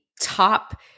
top